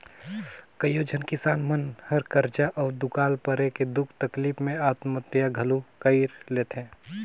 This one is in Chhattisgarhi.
कयोझन किसान मन हर करजा अउ दुकाल परे के दुख तकलीप मे आत्महत्या घलो कइर लेथे